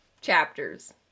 Chapters